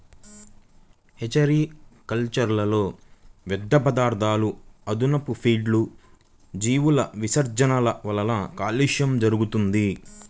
hatchery కల్చర్లో వ్యర్థపదార్థాలు, అదనపు ఫీడ్లు, జీవుల విసర్జనల వలన కాలుష్యం జరుగుతుంది